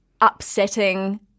upsetting